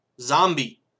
zombie